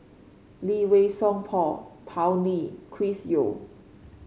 Lee Wei Song Paul Tao Li Chris Yeo